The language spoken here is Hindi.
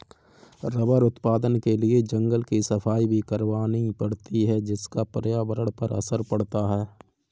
रबर उत्पादन के लिए जंगल की सफाई भी करवानी पड़ती है जिसका पर्यावरण पर असर पड़ता है